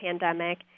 pandemic